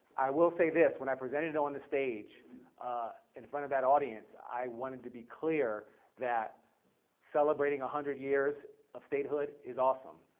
i will say this, when i represented on the stage in front of that audience. i wanted to be clear that celebrating a hundred years of statehood is awesome.